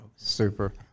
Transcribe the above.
Super